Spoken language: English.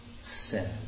sin